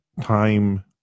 time